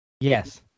Yes